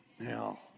Now